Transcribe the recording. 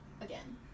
again